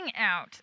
out